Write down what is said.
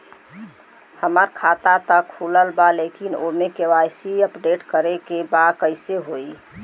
हमार खाता ता खुलल बा लेकिन ओमे के.वाइ.सी अपडेट करे के बा कइसे होई?